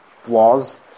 flaws